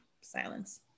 silence